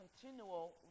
continual